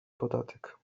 podatek